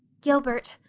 gilbert,